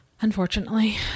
Unfortunately